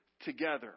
together